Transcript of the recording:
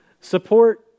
Support